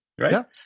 right